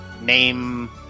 Name